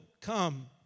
come